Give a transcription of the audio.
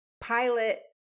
pilot